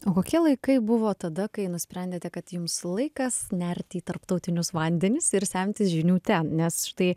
o kokie laikai buvo tada kai nusprendėte kad jums laikas nert į tarptautinius vandenis ir semtis žinių ten nes štai